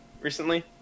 recently